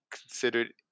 considered